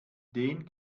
den